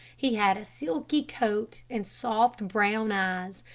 he had a silky coat and soft brown eyes,